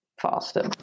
faster